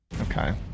okay